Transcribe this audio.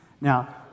Now